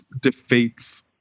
defeats